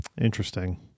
Interesting